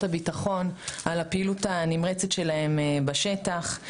הביטחון על הפעילות הנמרצת שלהם בשטח.